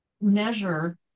measure